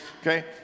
Okay